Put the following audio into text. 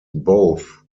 both